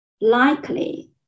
likely